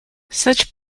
such